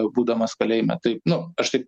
būdamas kalėjime taip nu aš tai